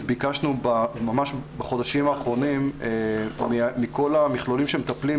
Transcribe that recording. ביקשנו ממש בחודשים האחרונים מכל המכלולים שמטפלים,